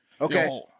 Okay